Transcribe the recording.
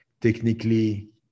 technically